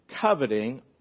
coveting